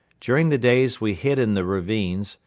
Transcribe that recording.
during the days we hid in the ravines,